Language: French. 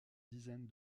dizaine